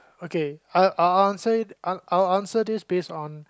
okay uh I'll answer it I'll I'll answer this base on